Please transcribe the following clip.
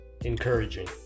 encouraging